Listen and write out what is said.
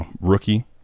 rookie